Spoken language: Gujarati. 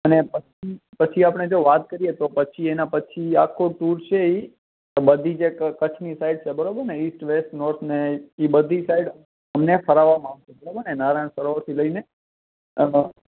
અને પછી પછી આપણે જો વાત કરીએ તો પછી એના પછી આખો ટૂર છે એ બધી જે કચ્છની સાઈડ છે બરાબર ને ઇસ્ટ વેસ્ટ નોર્થ એ બધી સાઈડ તમને ફેરવવામાં આવશે બરાબરને નારાયણ સરોવરથી લઈને આમાં